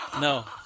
No